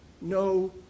no